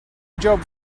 job